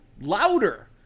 louder